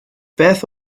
beth